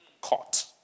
court